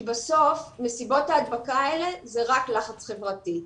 כי בסוף מסיבות ההדבקה האלה זה רק לחץ חברתי.